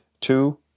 two